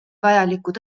vajalikud